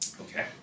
Okay